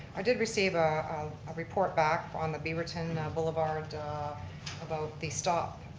i did receive a report back on the beaverton and boulevard about the stop.